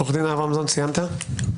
עורך הדין אברמזון, סיימת?